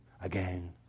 again